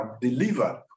delivered